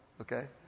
okay